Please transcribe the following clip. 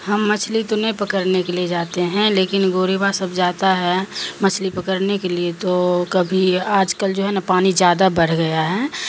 ہم مچھلی تو نہیں پکڑنے کے لیے جاتے ہیں لیکن گوربا سب جاتا ہے مچھلی پکڑنے کے لیے تو کبھی آج کل جو ہے نا پانی زیادہ بڑھ گیا ہے